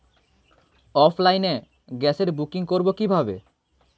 অফলাইনে গ্যাসের বুকিং করব কিভাবে?